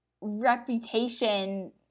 reputation